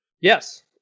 Yes